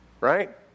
right